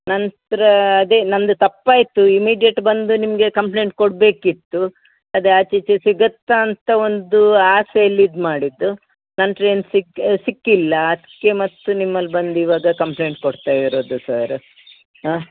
ನಂತರಾ ಅದೇ ನನ್ನದು ತಪ್ಪಾಯಿತು ಇಮ್ಮಿಡಿಯಟ್ ಬಂದು ನಿಮಗೆ ಕಂಪ್ಲೇಂಟ್ ಕೊಡಬೇಕಿತ್ತು ಅದೆ ಆಚೆ ಈಚಿ ಸಿಗತ್ತಾ ಅಂತ ಒಂದು ಆಸೆಯಲ್ಲಿ ಇದು ಮಾಡಿದ್ದು ನಂತರ ಏನು ಸಿಕ್ಕಿಲ್ಲ ಅದಕ್ಕೆ ಮತ್ತೆ ನಿಮ್ಮಲ್ಲಿ ಬಂದು ಇವಾಗ ಕಂಪ್ಲೇಂಟ್ ಕೊಡ್ತಾ ಇರೋದು ಸರ್ ಹಾಂ